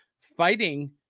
fighting